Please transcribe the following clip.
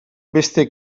beste